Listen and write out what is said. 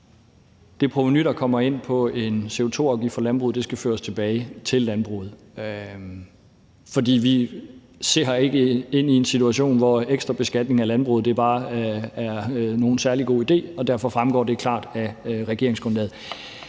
det provenu, der kommer ind på en CO2-afgift for landbruget, skal føres tilbage til landbruget, for vi ser ikke ind i en situation, hvor ekstra beskatning af landbruget er nogen særlig god idé. Derfor fremgår det klart af regeringsgrundlaget.